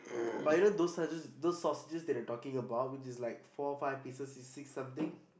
but you know those sausages those sausages that you're talking about which is like four five pieces it's six something